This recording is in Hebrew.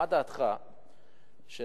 מה דעתך שנחליט